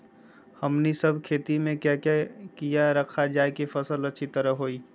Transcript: हमने सब खेती में क्या क्या किया रखा जाए की फसल अच्छी तरह होई?